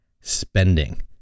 spending